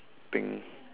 think